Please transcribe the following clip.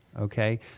okay